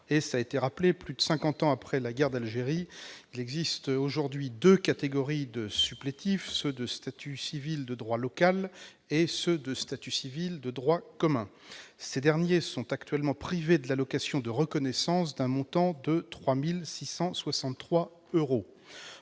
Cela a été rappelé, plus de cinquante ans après la guerre d'Algérie, il existe aujourd'hui deux catégories de supplétifs : ceux de statut civil de droit local et ceux de statut civil de droit commun. Ces derniers sont actuellement privés de l'allocation de reconnaissance, d'un montant de 3 663 euros.